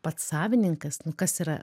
pats savininkas kas yra